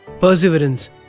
Perseverance